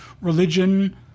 religion